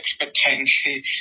expectancy